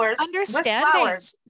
understand